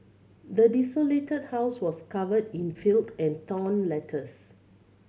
the desolated house was covered in filth and torn letters